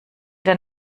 der